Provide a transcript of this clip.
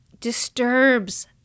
disturbs